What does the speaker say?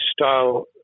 style